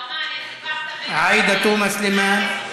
עאידה תומא סלימאן.